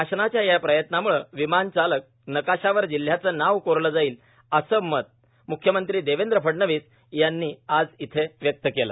शासनाच्या या प्रयत्नामुळे विमानचालन नकाशावर जिल्ह्याचे नाव कोरले जाईल असे मत मुख्यमंत्री देवेंद्र फडणवीस यांनी आज येथे व्यक्त केले